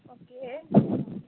okay